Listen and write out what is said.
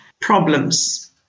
problems